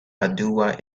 padua